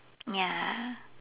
ya